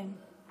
כן.